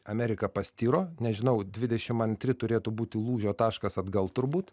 amerika pastiro nežinau dvidešimt antri turėtų būti lūžio taškas atgal turbūt